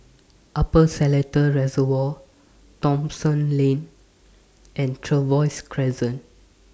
Upper Seletar Reservoir Thomson Lane and Trevose Crescent